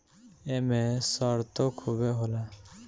एमे सरतो खुबे होला